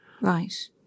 Right